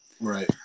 Right